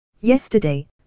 Yesterday